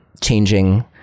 changing